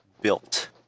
built